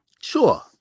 Sure